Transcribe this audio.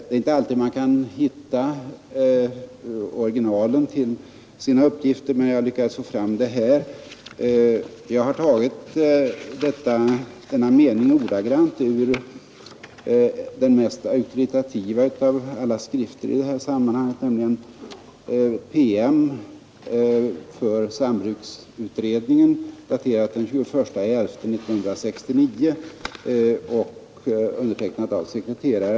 Det är inte alltid man kan hitta originalen till sina uppgifter, men jag har det här. Jag har tagit denna mening ur den mest auktoritativa av alla skrifter i detta sammanhang, nämligen sambruksutredningens PM av den 21 november 1969 som är undertecknad av utredningens sekreterare.